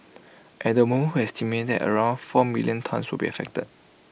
at the moment we estimate that around four million tonnes will be affected